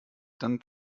dann